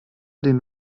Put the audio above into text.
denen